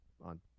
on